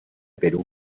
perú